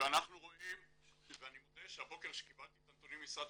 ואנחנו רואים ואני מודה שהבוקר כשקיבלתי את הנתונים ממשרד